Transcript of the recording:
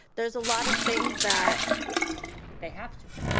there's a lot of things that they have to.